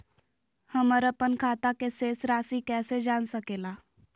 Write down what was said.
हमर अपन खाता के शेष रासि कैसे जान सके ला?